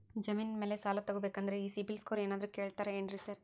ಜಮೇನಿನ ಮ್ಯಾಲೆ ಸಾಲ ತಗಬೇಕಂದ್ರೆ ಈ ಸಿಬಿಲ್ ಸ್ಕೋರ್ ಏನಾದ್ರ ಕೇಳ್ತಾರ್ ಏನ್ರಿ ಸಾರ್?